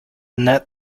net